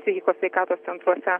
psichikos sveikatos centruose